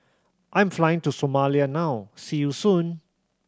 I'm flying to Somalia now see you soon